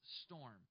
storm